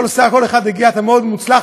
כל אחד אמר: אתה מאוד מוצלח,